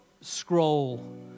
scroll